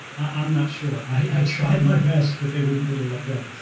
i'm not sure. i tried my best, but they wouldn't really let go.